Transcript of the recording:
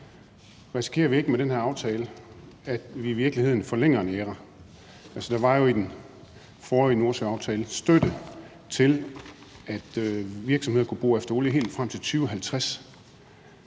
Risikerer vi ikke med den her aftale, at vi i virkeligheden forlænger en æra? Altså, der var jo i den forrige Nordsøaftale støtte til, at virksomheder kunne bore efter olie helt frem til 2050.